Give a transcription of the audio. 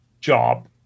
job